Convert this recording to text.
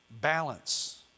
Balance